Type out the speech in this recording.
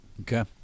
Okay